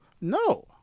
No